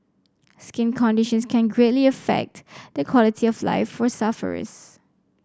skin conditions can greatly affect the quality of life for sufferers